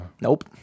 Nope